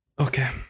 Okay